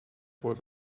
voor